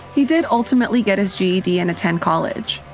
he did ultimately get his ged and attend college,